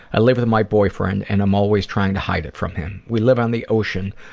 i live with my boyfriend and i'm always trying to hide it from him. we live on the ocean.